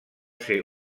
ser